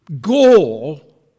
goal